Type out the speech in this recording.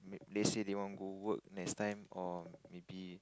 let's say they want to go work next time or maybe